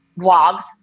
vlogs